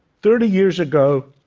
thirty years ago,